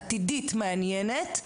היא עתידית מעניינית,